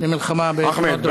למלחמה בתאונות דרכים.